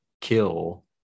kill